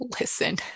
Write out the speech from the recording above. listen